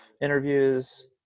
interviews